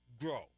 grow